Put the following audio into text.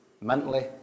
Mentally